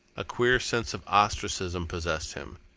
a queer sense of ostracism possessed him.